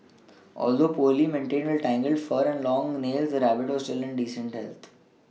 although poorly maintained with tangled fur and long nails the rabbit was still in decent